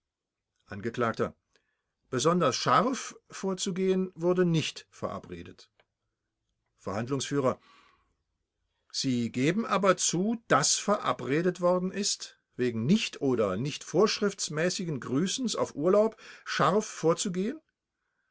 angekl besonders scharf vorzugehen wurde nicht verabredet verhandlungsf sie geben aber zu daß verabredet worden ist wegen nicht oder nicht vorschriftsmäßigen grüßens auf urlaub scharf vorzugehen